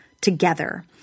together